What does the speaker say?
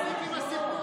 מספיק עם הסיפורים.